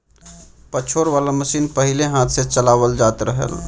पछोरे वाला मशीन पहिले हाथ से चलावल जात रहे